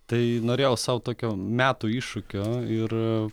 tai norėjau sau tokio metų iššūkio ir